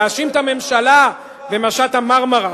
להאשים את הממשלה במשט ה"מרמרה".